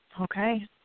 Okay